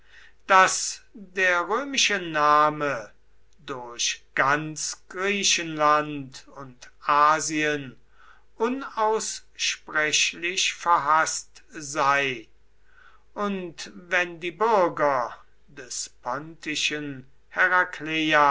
daß der römische name durch ganz griechenland und asien unaussprechlich verhaßt sei und wenn die bürger des